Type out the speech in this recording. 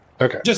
Okay